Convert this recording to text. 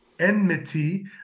Enmity